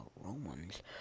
Romans